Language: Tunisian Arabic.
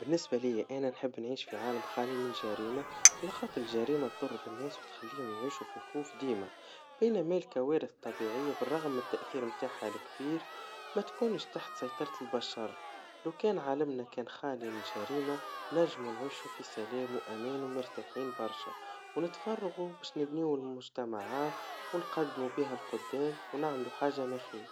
بالنسبا ليا أنا نحب في عالم خالي من الجريما, على خاطر الجريما تضر بالناس وتخليهم يعيشوا في خوف ديما, بينما الكوارث الطبيعيا بالرغم من تأثير متاعها الكبير, متكونش تحت سيطرة البشر, لو كان عالمنا كان خالي من الجريما ننجموا نعيشوا في سلام وأمان ومرتاحين برشا, ونتفرغوا باش نبنيوا المجتمعات ونقدوا بيها لقدام, ونعملوا حاجا مخي.